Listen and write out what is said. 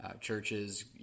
Churches